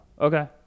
okay